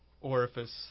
orifice